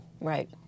right